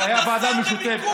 כי הייתה ועדה משותפת.